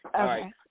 Okay